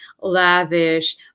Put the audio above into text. lavish